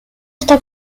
está